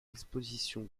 exposition